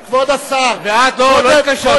ואת לא התקשרת.